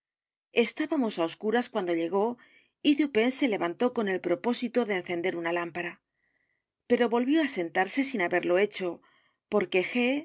estábamos á oscuras cuando llegó y dupin sé levantó con el propósito de encender una lámpara pero volvió á sentarse sin haberlo hecho porque